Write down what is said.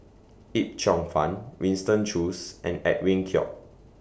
Yip Cheong Fun Winston Choos and Edwin Koek